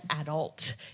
adult